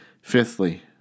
Fifthly